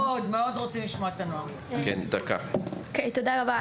תודה רבה.